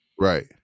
right